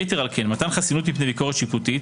יתר על כן, מתן חסינות מפני ביקורת שיפוטית